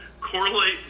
Correlate